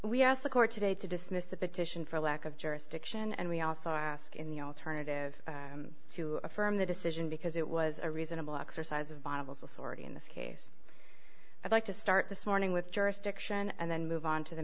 we asked the court today to dismiss the petition for lack of jurisdiction and we also ask in the alternative to affirm the decision because it was a reasonable exercise of bottles with already in this case i'd like to start this morning with jurisdiction and then move on to the